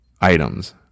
items